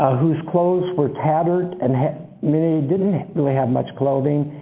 whose clothes were tattered and many didn't have much clothing,